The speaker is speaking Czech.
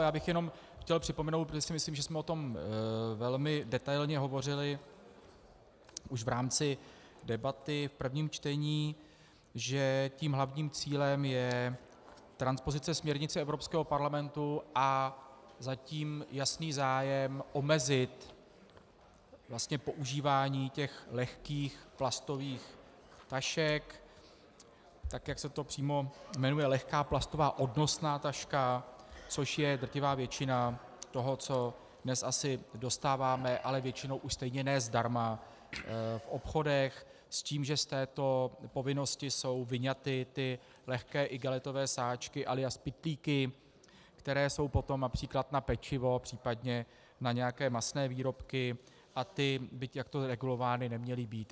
Já bych jenom chtěl připomenout, myslím si, že jsme o tom velmi detailně hovořili už v rámci debaty v prvním čtení, že tím hlavním cílem je transpozice směrnice Evropského parlamentu a za tím jasný zájem omezit vlastně používání těch lehkých plastových tašek, tak jak se to přímo jmenuje, lehká plastová odnosná taška, což je drtivá většina toho, co dnes asi dostáváme, ale většinou už stejně ne zdarma, v obchodech, s tím, že z této povinnosti jsou vyňaty ty lehké igelitové sáčky, alias pytlíky, které jsou potom např. na pečivo, případně na nějaké masné výrobky, a ty by takto regulovány neměly být.